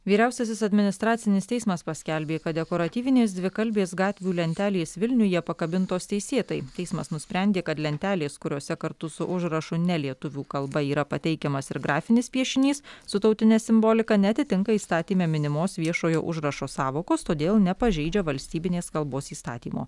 vyriausiasis administracinis teismas paskelbė kad dekoratyvinės dvikalbės gatvių lentelės vilniuje pakabintos teisėtai teismas nusprendė kad lentelės kuriose kartu su užrašu ne lietuvių kalba yra pateikiamas ir grafinis piešinys su tautine simbolika neatitinka įstatyme minimos viešojo užrašo sąvokos todėl nepažeidžia valstybinės kalbos įstatymo